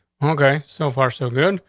okay, so far, so good.